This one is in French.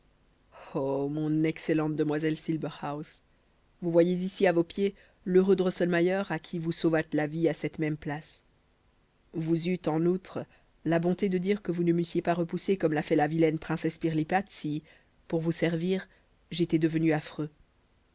oh mon excellente demoiselle silberhaus vous voyez ici à vos pieds l'heureux drosselmayer à qui vous sauvâtes la vie à cette même place vous eûtes en outre la bonté de dire que vous ne m'eussiez pas repoussé comme l'a fait la vilaine princesse pirlipate si pour vous servir j'étais devenu affreux